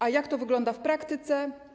A jak to wygląda w praktyce?